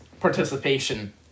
participation